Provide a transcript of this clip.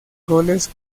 goles